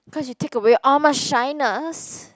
cause you take away all my shyness